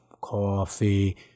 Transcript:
Coffee